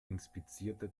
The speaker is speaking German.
inspizierte